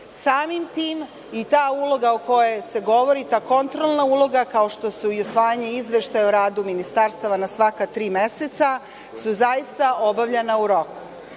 Samim tim, i ta uloga o kojoj se govori, ta kontrolna uloga, kao što su i usvajanje izveštaja o radu ministarstva na svaka tri meseca su zaista obavljena u